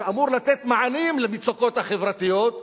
שאמור לתת מענה למצוקות החברתיות,